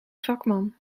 vakman